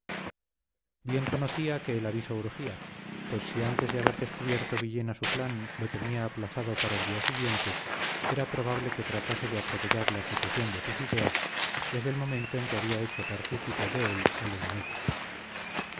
bien conocía que el aviso urgía pues si antes de haber descubierto villena su plan lo tenía aplazado para el día siguiente era probable que tratase de atropellar la ejecución de sus ideas desde el momento en que había hecho partícipe de él al enemigo